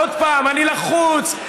עוד פעם: אני לחוץ,